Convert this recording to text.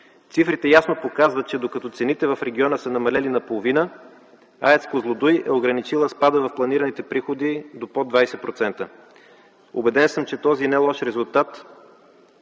Цифрите ясно показват, че докато цените в региона са намалели наполовина, АЕЦ „Козлодуй” е ограничила спада в планираните приходи до под 20%. Убеден съм, че този не лош резултат